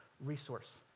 resource